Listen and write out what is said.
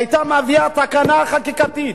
היא היתה מביאה תקנה חקיקתית.